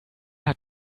hat